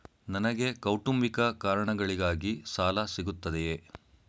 ನನಗೆ ಕೌಟುಂಬಿಕ ಕಾರಣಗಳಿಗಾಗಿ ಸಾಲ ಸಿಗುತ್ತದೆಯೇ?